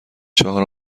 چهارم